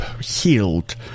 healed